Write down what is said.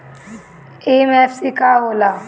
MFC का होला?